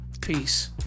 Peace